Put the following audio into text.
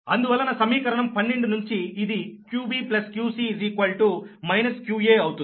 అందువలన సమీకరణం 12 నుంచి ఇది qbqc qaఅవుతుంది